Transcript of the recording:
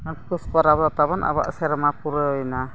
ᱯᱩᱥ ᱯᱚᱨᱚᱵᱽ ᱫᱚ ᱛᱟᱵᱚᱱ ᱟᱵᱚᱣᱟᱜ ᱥᱮᱨᱢᱟ ᱯᱩᱨᱟᱹᱣᱮᱱᱟ